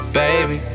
baby